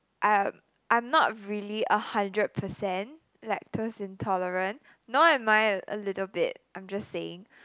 I'm I'm not really a hundred percent lactose intolerant nor am I a little bit I'm just saying